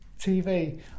TV